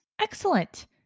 Excellent